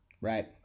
right